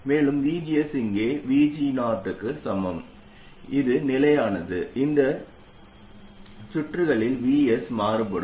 மேலும் VGS இங்கே VG0 க்கு சமம் இது நிலையானது இந்த சுற்றுகளில் Vs மாறுபடும்